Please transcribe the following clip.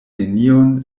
nenion